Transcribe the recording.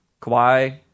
Kawhi